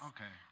Okay